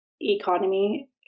economy